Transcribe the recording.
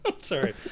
Sorry